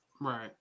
Right